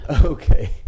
Okay